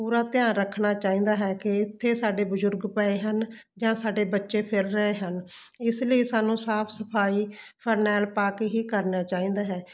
ਪੂਰਾ ਧਿਆਨ ਰੱਖਣਾ ਚਾਹੀਦਾ ਹੈ ਕਿ ਇੱਥੇ ਸਾਡੇ ਬਜ਼ੁਰਗ ਪਏ ਹਨ ਜਾਂ ਸਾਡੇ ਬੱਚੇ ਫਿਰ ਰਹੇ ਹਨ ਇਸ ਲਈ ਸਾਨੂੰ ਸਾਫ ਸਫਾਈ ਫਰਨੈਲ ਪਾ ਕੇ ਹੀ ਕਰਨਾ ਚਾਹੀਦਾ ਹੈ ਅਤੇ ਆਪਣੇ ਘਰ ਨੂੰ ਸਾਫ